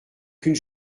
qu’une